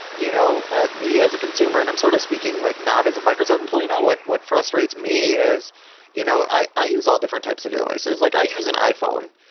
you know me, as a consumer, and i'm sort of speaking like not as a microsoft employee now. what what frustrates me is you know i i use all different types of devices. like i use an iphone.